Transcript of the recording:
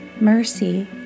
mercy